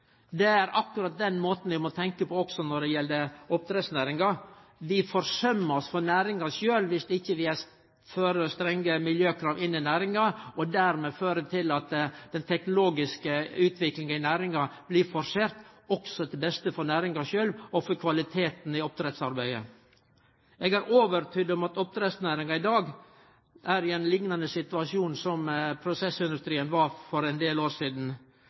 Det er akkurat den måten vi må tenkje på også når det gjeld oppdrettsnæringa. Vi forsømmer oss overfor næringa sjølv dersom vi ikkje er for strenge miljøkrav innanfor næringa, noko som dermed fører til at den teknologiske utviklinga i næringa blir forsert, også til beste for næringa sjølv og for kvaliteten i oppdrettsarbeidet. Eg er overtydd om at oppdrettsnæringa i dag er i ein liknande situasjon som den prosessindustrien var i for ein del år sidan,